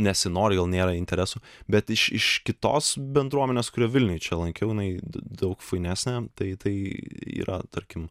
nesinori gal nėra interesų bet iš iš kitos bendruomenės kurią vilniuj čia lankiau na jinai daug fainesnė tai tai yra tarkim